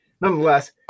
nonetheless